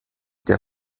der